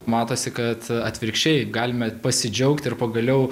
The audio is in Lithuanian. matosi kad atvirkščiai galime pasidžiaugti ir pagaliau